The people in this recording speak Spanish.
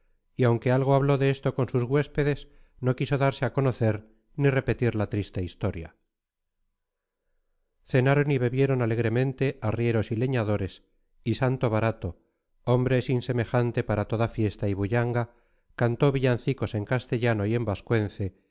y aunque algo habló de esto con sus huéspedes no quiso darse a conocer ni repetir la triste historia cenaron y bebieron alegremente arrieros y leñadores y santo barato hombre sin semejante para toda fiesta y bullanga cantó villancicos en castellano y